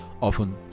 Often